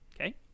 Okay